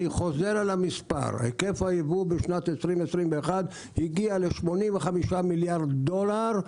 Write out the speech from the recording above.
אני חוזר על המספר: היקף הייבוא בשנת 2021 הגיע ל-85 מיליארד דולר,